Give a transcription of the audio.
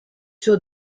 sur